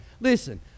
Listen